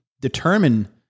determine